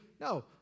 No